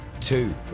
Two